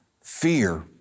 Fear